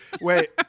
Wait